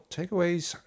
Takeaways